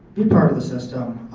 be part of the system.